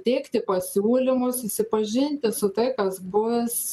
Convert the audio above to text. teikti pasiūlymus susipažinti su tai kas bus